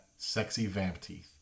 SexyVampTeeth